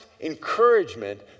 encouragement